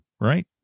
right